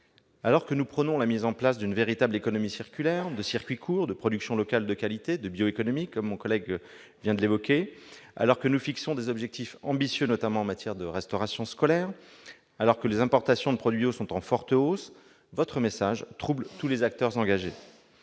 Alors que nous prônons la mise en place d'une véritable économie circulaire, de circuits courts, de productions locales de qualité, de bio-économie, alors que nous fixons des objectifs ambitieux pour le bio, notamment en matière de restauration scolaire, alors que les importations de produits bio sont en forte hausse, votre message trouble tous les acteurs engagés.